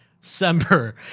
December